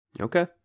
okay